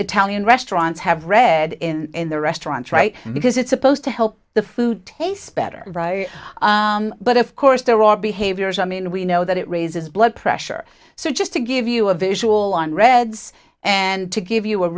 italian restaurants have read in the restaurants right because it's supposed to help the food tastes better but of course there are big i mean we know that it raises blood pressure so just to give you a visual on reds and to give you a